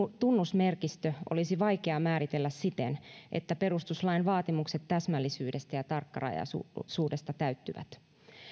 tunnusmerkistö olisi vaikea määritellä siten että perustuslain vaatimukset täsmällisyydestä ja tarkkarajaisuudesta täyttyvät